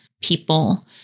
people